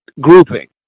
grouping